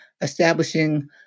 establishing